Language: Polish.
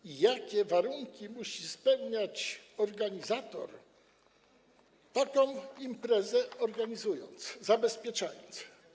I jakie warunki musi spełniać organizator, taką imprezę organizując, zabezpieczając?